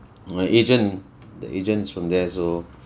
my agent the agent's from there so